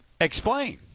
explain